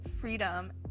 freedom